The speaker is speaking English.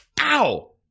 Ow